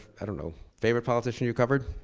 i don't know, favorite politician you've covered?